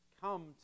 come